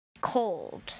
cold